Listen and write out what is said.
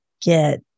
get